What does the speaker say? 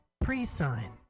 pre-sign